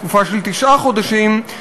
תקופה של תשעה חודשים,